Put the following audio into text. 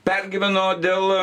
pergyveno dėl